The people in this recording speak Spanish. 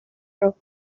rock